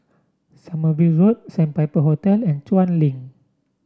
Sommerville Road Sandpiper Hotel and Chuan Link